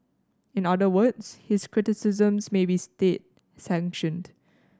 in other words his criticisms may be state sanctioned